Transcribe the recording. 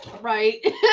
right